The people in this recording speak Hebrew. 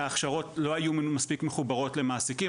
שההכשרות לא היו מספיק מחוברות למעסיקים,